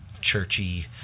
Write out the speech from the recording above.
churchy